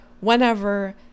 whenever